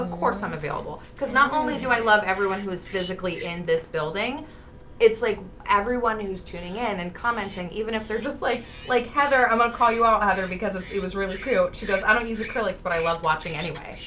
ah course i'm available because not only do i love everyone who is physically in this building it's like everyone who's tuning in and commenting even if they're just like like heather i'm gonna call you out heather because if she was really cute she goes i don't use acrylics, but i love watching anyway,